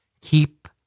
keep